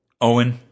Owen